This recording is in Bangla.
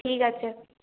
ঠিক আছে